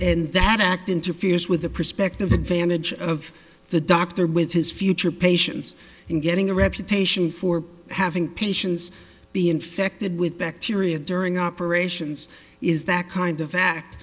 and that act interferes with the prospective advantage of the doctor with his future patients and getting a reputation for having patients be infected with bacteria during operations is that kind of fact